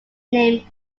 named